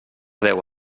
déu